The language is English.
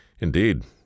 Indeed